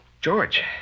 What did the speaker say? George